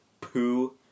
poo